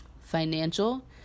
Financial